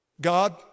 God